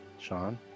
Sean